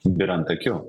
byra ant akių